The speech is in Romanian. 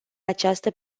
această